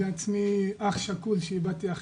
זה ערך